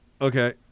Okay